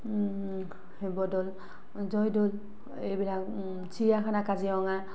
শিৱদ'ল জয়দ'ল এইবিলাক চিৰিয়াখানা কাজিৰঙা